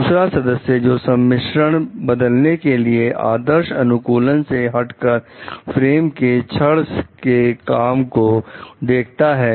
दूसरा सदस्य जो सम्मिश्रण बदलने के लिए आदर्श अनुकूलन से हटकर फ्रेम के छड़ के काम को देखता है